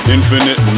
Infinite